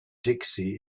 dixie